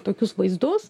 tokius vaizdus